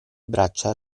braccia